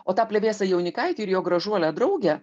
o tą plevėsą jaunikaitį ir jo gražuolę draugę